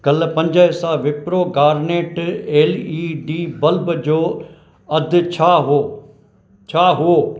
कल पंज हिस्सा Wipro Garnet L E D bulb जो अघु छा हो छा हो